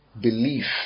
belief